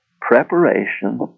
preparation